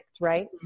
right